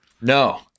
No